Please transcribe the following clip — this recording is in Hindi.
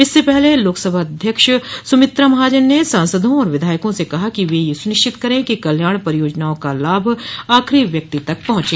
इससे पहले लोकसभाध्यक्ष सुमित्रा महाजन ने सांसदों और विधायकों से कहा कि वे यह सुनिश्चित करे कि कल्याण परियोजनाओं के लाभ आखरी व्यक्ति तक पहुंचे